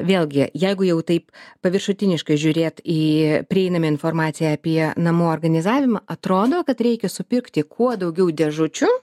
vėlgi jeigu jau taip paviršutiniškai žiūrėt į prieinamą informaciją apie namų organizavimą atrodo kad reikia supirkti kuo daugiau dėžučių